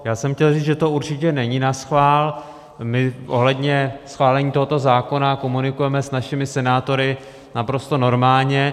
Já jsem chtěl říct, že to určitě není naschvál, ohledně schválení tohoto zákona komunikujeme s našimi senátory naprosto normálně.